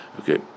Okay